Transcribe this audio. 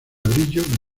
brillo